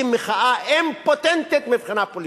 היא מחאה אימפוטנטית מבחינה פוליטית.